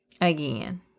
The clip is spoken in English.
again